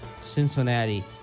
Cincinnati